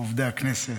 עובדי הכנסת,